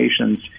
nation's